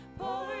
pour